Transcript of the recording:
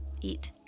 Eat